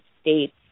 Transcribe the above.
states